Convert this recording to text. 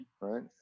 Right